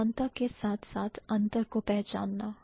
समानता के साथ साथ अंतर को पहचानना